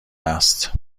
است